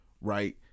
right